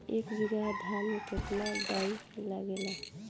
एक बीगहा धान में केतना डाई लागेला?